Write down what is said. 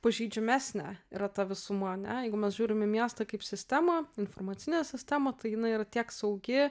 pažeidžiamesnė yra ta visuma ane jeigu mes žiūrim į miestą kaip sistemą informacinę sistemą tai jinai yra tiek saugi